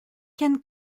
ken